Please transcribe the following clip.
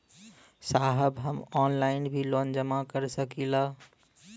साहब हम ऑनलाइन भी लोन जमा कर सकीला?